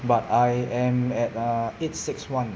but I am at uh eight six one